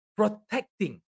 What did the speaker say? protecting